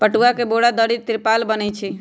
पटूआ से बोरा, दरी, तिरपाल बनै छइ